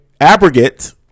abrogate